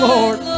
Lord